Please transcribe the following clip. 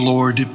Lord